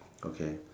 okay